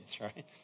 right